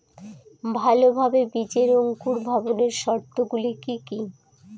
ভালোভাবে বীজের অঙ্কুর ভবনের শর্ত গুলি কি কি?